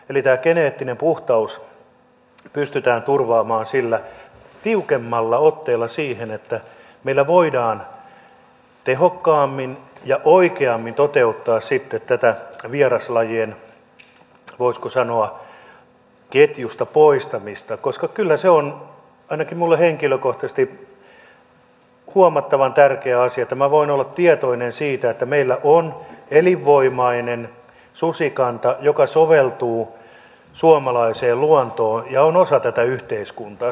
eli tämä geneettinen puhtaus tulee pystyä turvaamaan tiukemmalla otteella niin että meillä voidaan tehokkaammin ja oikeammin toteuttaa tätä vieraslajien voisiko sanoa ketjusta poistamista koska kyllä se on ainakin minulle henkilökohtaisesti huomattavan tärkeä asia että minä voin olla tietoinen siitä että meillä on elinvoimainen susikanta joka soveltuu suomalaiseen luontoon ja on osa tätä yhteiskuntaa